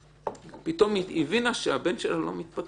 פתאום היא הבינה שהבן שלה לא מתפתח.